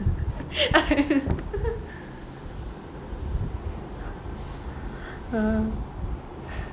uh